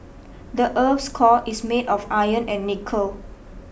the earth's core is made of iron and nickel